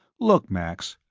look, max.